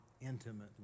intimately